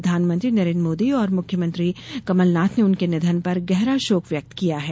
प्रधानमंत्री नरेन्द्र मोदी और मुख्यमंत्री कमलनाथ ने उनके निधन पर गहरा शोक व्यक्त किया है